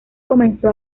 comenzó